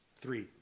Three